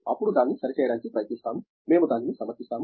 అప్పుడు దాన్ని సరిచేయడానికి ప్రయత్నిస్తాము మేము దానిని సమర్పిస్తాము